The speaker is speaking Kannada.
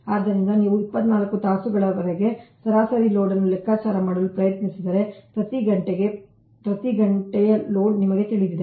ಆದ್ದರಿಂದ ನೀವು 24 ತಾಸು ಗಳವರೆಗೆ ಸರಾಸರಿ ಲೋಡ್ ಅನ್ನು ಲೆಕ್ಕಾಚಾರ ಮಾಡಲು ಪ್ರಯತ್ನಿಸಿದರೆ ಪ್ರತಿ ಘಂಟೆಗೆ ಪ್ರತಿ ಘಂಟೆಯ ಲೋಡ್ ನಿಮಗೆ ತಿಳಿದಿದೆ